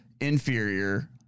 inferior